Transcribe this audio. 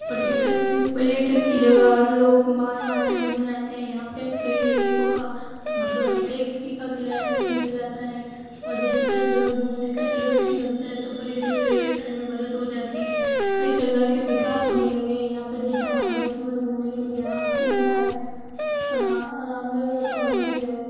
पर्यटन पर्यटक की जगह हर लोग बार बार से घूमने आते हैं यहाँ पर कई गरीबों का मतलब टैक्सी का किराया भी निकल जाता है और जैसे कई जगह घूमने का टिकट भी लगता है तो पर्यटक के व्यवसाय में मदद हो जाती है कई प्रकार के विकास होने लगे हैं यहाँ पर जैसे हमारे उतमे घूमने के लिए टीला है राम रामदेवता का मंदिर है